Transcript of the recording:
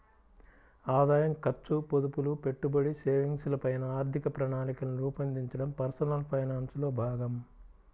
ఆదాయం, ఖర్చు, పొదుపులు, పెట్టుబడి, సేవింగ్స్ ల పైన ఆర్థిక ప్రణాళికను రూపొందించడం పర్సనల్ ఫైనాన్స్ లో భాగం